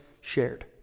shared